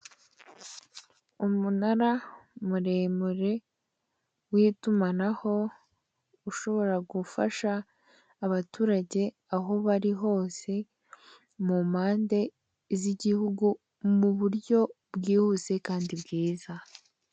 Umunara muremure w'itumanaho, ushobora gufasha abaturage aho bari hose mu mpande z'igihugu, mu buryo bwihuse kandi bwiza.